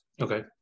Okay